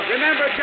Remember